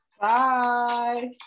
Bye